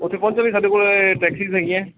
ਉੱਥੇ ਪਹੁੰਚਣ ਲਈ ਸਾਡੇ ਕੋਲ ਟੈਕਸਿਜ ਹੈਗੀਆਂ